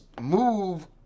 move